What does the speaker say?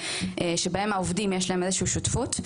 שבהם העובדים יש להם איזושהי שותפות.